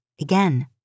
again